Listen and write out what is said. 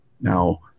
Now